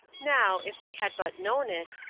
now, if they had but known it,